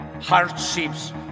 hardships